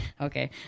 okay